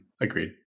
Agreed